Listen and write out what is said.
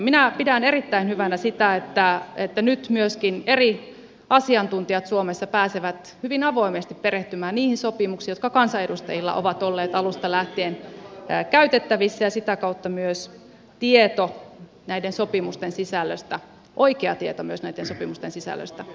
minä pidän erittäin hyvänä sitä että nyt myöskin eri asiantuntijat suomessa pääsevät hyvin avoimesti perehtymään niihin sopimuksiin jotka kansanedustajilla ovat olleet alusta lähtien käytettävissä ja sitä kautta myös oikea tieto näitten sopimusten sisällöstä